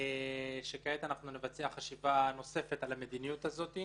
וכעת נבצע חשיבה נוספת על המדיניות הזאת,